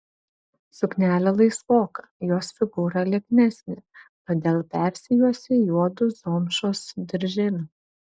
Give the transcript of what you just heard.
suknelė laisvoka jos figūra lieknesnė todėl persijuosė juodu zomšos dirželiu